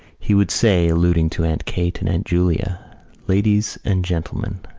he would say, alluding to aunt kate and aunt julia ladies and gentlemen,